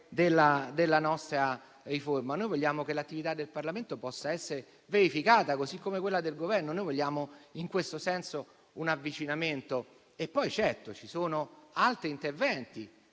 della nostra riforma. Noi vogliamo che l'attività del Parlamento possa essere verificata, come quella del Governo. Noi vogliamo in questo senso un avvicinamento. Certo, ci sono poi altri interventi